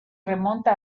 remonta